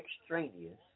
extraneous